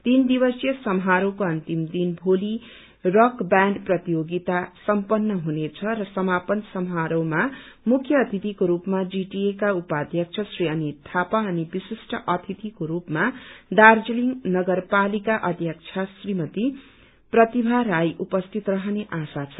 तीनदिवसीय सामारोहको अन्तिम दनि भोली रक बैण्ड प्रतियोगिता सम्पन्न हूनेछ र सामापन समारोहमा मुख्य अतिथिको रूपामा जीटिए उपाध्यक्ष श्री अनित थापा अनि विशिष्ट अतिथिको रूपमा दार्जीलिङ नगर पालिकाका अध्यक्ष श्रीमती प्रतिभा राई उपस्थित रहने आशा छ